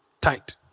tight